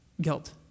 guilt